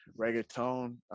reggaeton